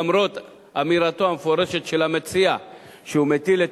למרות אמירתו המפורשת של המציע שהוא מטיל את